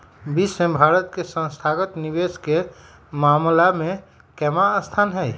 विश्व में भारत के संस्थागत निवेशक के मामला में केवाँ स्थान हई?